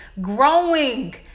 growing